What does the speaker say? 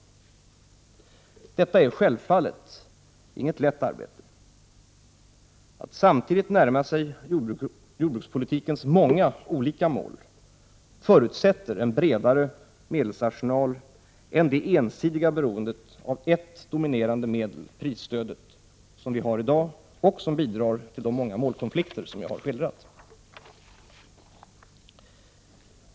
Detta är självfallet inget lätt arbete. Att samtidigt närma sig jordbrukspolitikens många olika mål förutsätter en bredare medelsarsenal än det ensidiga beroendet av ett dominerande medel, prisstödet, som vi har i dag och som bidrar till de många målkonflikter som jag har skildrat.